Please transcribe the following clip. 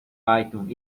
python